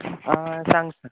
आं सांग सांग